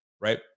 right